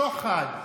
שוחד,